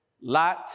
Lot